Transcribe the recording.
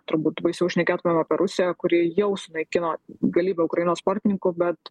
turbūt baisiau šnekėtumėm apie rusiją kuri jau sunaikino galybę ukrainos sportininkų bet